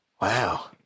Wow